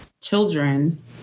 children